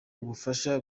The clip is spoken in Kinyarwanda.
ubufasha